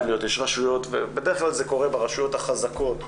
יש רשויות, בדרך כלל זה קורה ברשויות החזקות,